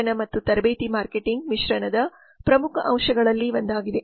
ಶಿಕ್ಷಣ ಮತ್ತು ತರಬೇತಿಯನ್ನು ಮಾರ್ಕೆಟಿಂಗ್ ಮಿಶ್ರಣದ ಪ್ರಮುಖ ಅಂಶಗಳಲ್ಲಿ ಒಂದಾಗಿದೆ